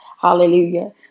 Hallelujah